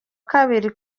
kabiri